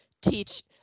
teach